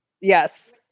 Yes